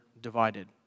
divided